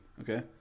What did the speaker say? Okay